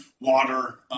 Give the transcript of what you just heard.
water